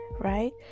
right